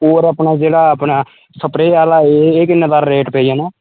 होर अपना जेह्ड़ा अपना स्प्रे आह्ला एह् कि'न्ने दा रेट पेई जाना